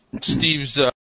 Steve's